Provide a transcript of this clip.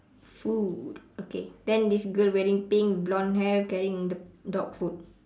food okay then this girl wearing pink blonde hair carrying the dog food